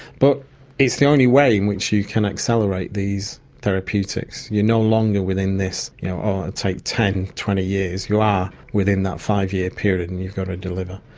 but it's the only way in which you can accelerate these therapeutics. you're no longer within this, you know, i'll take ten, twenty years, you are within that five-year period and you've got to deliver.